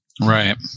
Right